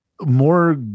more